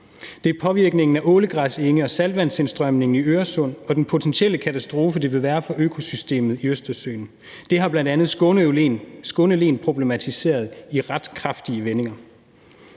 Det er påvirkningen af ålegræsenge og saltvandstilstrømningen i Øresund og den potentielle katastrofe, som det ville være for økosystemet i Østersøen. Det har bl.a. Skåne län problematiseret i ret kraftige vendinger.